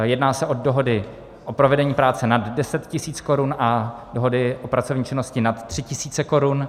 Jedná se o dohody o provedení práce nad 10 tisíc korun a dohody o pracovní činnosti nad 3 tisíce korun.